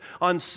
on